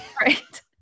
right